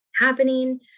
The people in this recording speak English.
happening